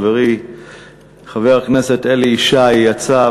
חברי חבר הכנסת אלי ישי יצא,